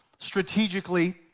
strategically